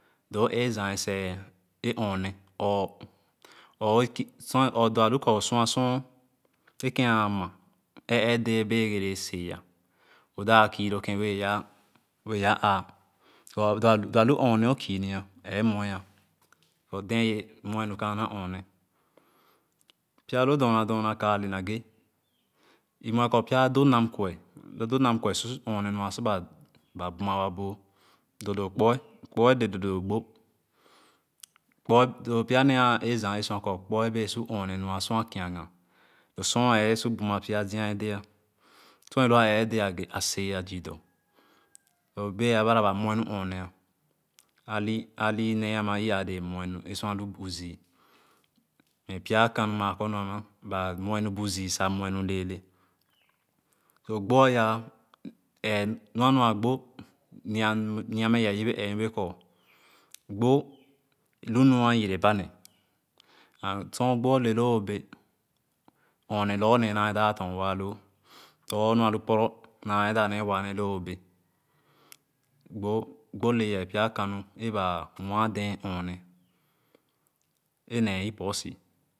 Lo o a ech zan yesɛɛ e norne or alu doa kor sua su Kén ama ɛɛ-ɛɛdee bēė yegerebee Seah O dap Kii lokēn wɛɛ ye aa lo a lu nɔɔne o kiinia e me a dee ye mue nu kaana nɔɔne pya loo dorna ka ale nage i nwe kor pya a do nam Kue su nɔɔne mua sor. ba buma waboo dȯȯdȯȯ Kpue Kpue le dȯȯdȯȯ gbo pyanee a ééh zããn a sua kor kpue bee su nɔɔne nua sor a kvaga sor ééh su buma zva ée de sor a luwa ɛɛ-ɛɛdee a seeya zɔɔ dor bee abara mye nu nɔɔne alinee ėė áádɛ mue nu sor a lu buzii mɛ pya kanu maa korme ama ba nue nu buzii sa mue nu leelee gbo ayah ee nua a nua gbo niane wɛɛ yebeee norbe kor gbo lu nua yerebane sor gbo le loo o be nɔɔne lorgornee na dap sa a torn waaloo lorgor nu alu poro naa dap nee waaloo o be gbo leyee pya kami ba waadɛɛ nɔɔne ene ipɔɔsi